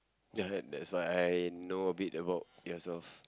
ya that's why I know a bit about yes of